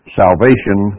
salvation